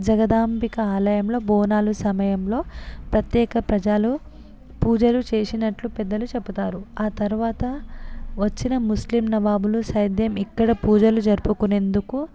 జగదాంబిక ఆలయంలో బోనాల సమయంలో ప్రత్యేక ప్రజలు పూజలు చేసినట్లు పెద్దలు చెబుతారు ఆ తరువాత వచ్చిన ముస్లిం నవాబులు సైధ్యం ఇక్కడ పూజలు జరుపుకునేందుకు